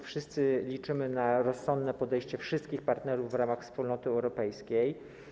Wszyscy liczymy na rozsądne podejście wszystkich partnerów w ramach Wspólnoty Europejskiej.